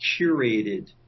curated